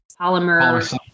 polymer